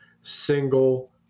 single